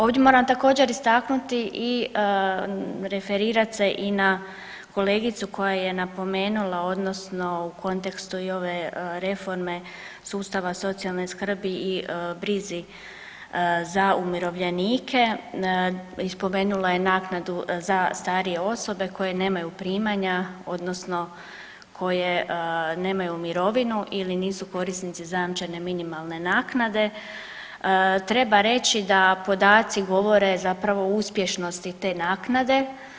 Ovdje moram također istaknuti i referirat se i na kolegicu koja je napomenula odnosno u kontekstu i ove reforme sustava socijalne skrbi i brizi za umirovljenike i spomenula je naknadu za starije osobe koje nemaju primanja odnosno koje nemaju mirovinu ili nisu korisnici zajamčene minimalne naknade, treba reći da podaci govore zapravo o uspješnosti te naknade.